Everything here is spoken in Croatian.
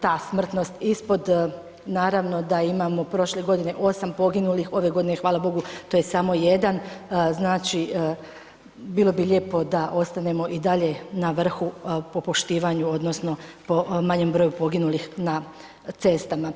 ta smrtnost ispod, naravno, da imamo prošle godine 8 poginulih, ove godine hvala Bogu to je samo jedan, znači, bilo bi lijepo da ostanemo i dalje na vrhu po poštivanju odnosno po manjem broju poginulih na cestama.